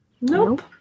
Nope